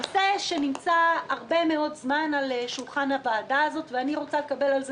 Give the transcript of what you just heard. נושא שנמצא זמן רב מאוד על שולחן הוועדה הזאת ואני רוצה לקבל עליו